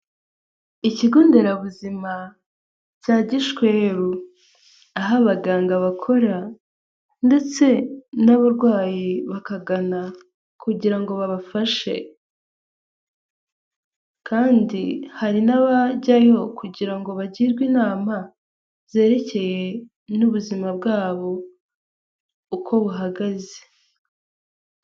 Ikigo nderabuzima cya Gishweru, aho abaganga bakora ndetse n'abarwayi bakagana kugira ngo babafashe, kandi hari n'abajyayo kugira ngo bagirwe inama zerekeye n'ubuzima bwabo uko buhagaze.